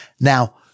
Now